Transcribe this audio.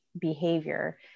behavior